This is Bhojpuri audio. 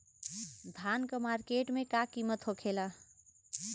धान क मार्केट में का कीमत होखेला?